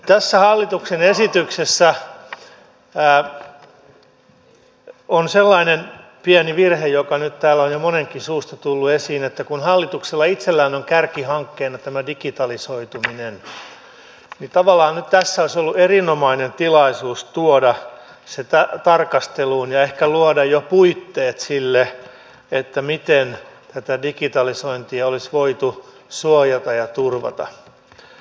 tässä hallituksen esityksessä on sellainen pieni virhe joka nyt täällä on jo monenkin suusta tullut esiin että kun hallituksella itsellään on kärkihankkeena tämä digitalisoituminen niin tavallaan nyt tässä olisi ollut erinomainen tilaisuus tuoda se tarkasteluun ja ehkä luoda jo puitteet sille miten tätä digitalisointia olisi voitu suojata ja turvata